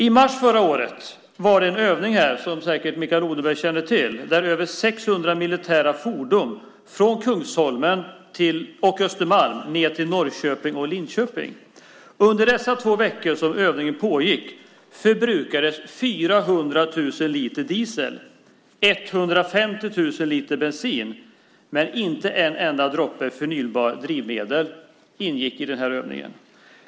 I mars förra året var det en övning, som Mikael Odenberg säkert känner till, med över 600 militära fordon i ett område från Kungsholmen och Östermalm ned till Norrköping och Linköping. Under de två veckor som övningen pågick förbrukades 400 000 liter diesel och 150 000 liter bensin. Men inte en enda droppe av förnybara drivmedel ingick i övningen.